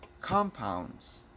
compounds